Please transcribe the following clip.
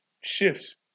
shifts